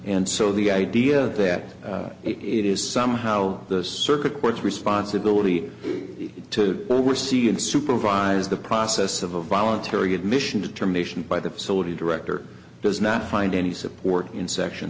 and so the idea that it is some how the circuit court's responsibility to oversee and supervise the process of a voluntary admission determination by the facility director does not find any support in section